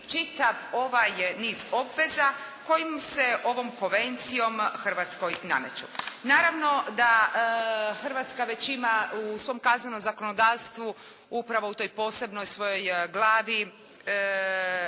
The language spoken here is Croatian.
čitav ovaj niz obveza kojim se ovom Konvencijom Hrvatskoj nameću. Naravno da Hrvatska već ima u svom kaznenom zakonodavstvu, upravo u toj posebnoj svojoj glavi